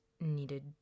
needed